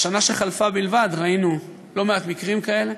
בשנה שחלפה בלבד ראינו לא-מעט מקרים כאלה,